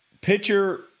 pitcher